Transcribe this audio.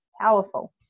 powerful